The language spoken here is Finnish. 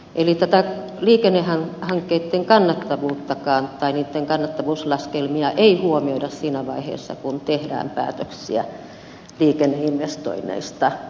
eli näiden liikennehankkeitten kannattavuuslaskelmia ei huomioida siinä vaiheessa kun tehdään päätöksiä liikenneinvestoinneista